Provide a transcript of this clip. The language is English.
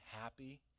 happy